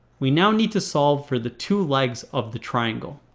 we now need to solve for the two legs of the triangle